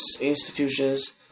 institutions